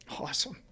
awesome